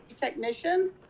technician